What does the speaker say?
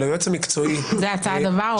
היועץ המקצועי שלי -- זה הצעד הבא?